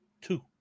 two